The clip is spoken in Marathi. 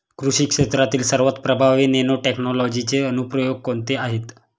कृषी क्षेत्रातील सर्वात प्रभावी नॅनोटेक्नॉलॉजीचे अनुप्रयोग कोणते आहेत?